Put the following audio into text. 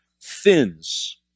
thins